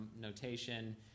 notation